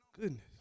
Goodness